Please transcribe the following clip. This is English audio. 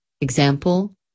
Example